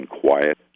quiet